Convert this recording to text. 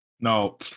No